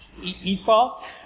Esau